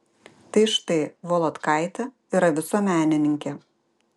tai štai volodkaitė yra visuomenininkė